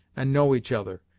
and know each other,